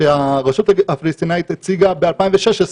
שהרשות הפלסטינית הציגה ב-2016,